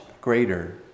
greater